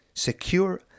secure